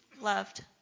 loved